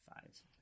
five